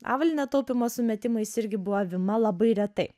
avalynė taupymo sumetimais irgi buvo avima labai retai